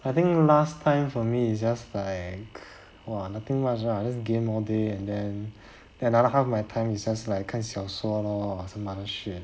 I think last time for me it's just like !wah! nothing much lah just game all day and then another half my time is just like 看小说 lor or some other shit